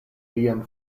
lian